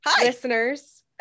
listeners